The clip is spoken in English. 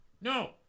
No